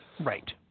Right